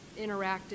interactive